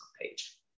page